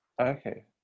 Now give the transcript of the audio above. Okay